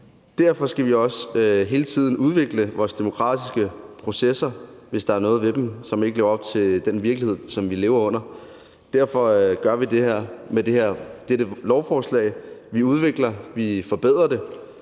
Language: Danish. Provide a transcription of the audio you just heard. Derfor skal vi også hele tiden udvikle vores demokratiske processer, hvis der er noget ved dem, som ikke lever op til den virkelighed, som vi lever i. Derfor gør vi det med dette lovforslag, at vi udvikler og forbedrer dem.